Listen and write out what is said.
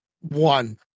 one